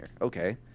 Okay